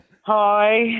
Hi